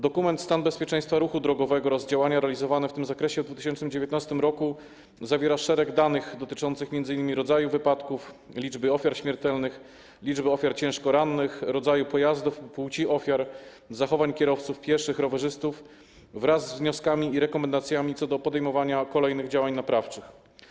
Dokument: „Stan bezpieczeństwa ruchu drogowego oraz działania realizowane w tym zakresie w 2019 r.” zwiera szereg danych dotyczących m.in. rodzaju wypadków, liczby ofiar śmiertelnych, ciężko rannych, rodzaju pojazdów, płci ofiar, zachowań kierowców, pieszych, rowerzystów, wraz z wnioskami i rekomendacjami co do podejmowania kolejnych działań naprawczych.